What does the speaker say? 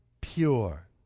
pure